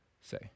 say